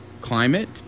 climate